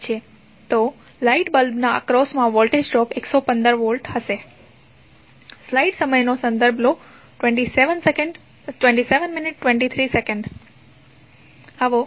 તો લાઇટ બલ્બના એક્રોસમા વોલ્ટેજ ડ્રોપ 115 વોલ્ટ હશે